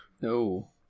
No